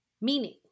Meaning